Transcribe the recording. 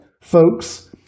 folks